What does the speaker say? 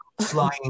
Flying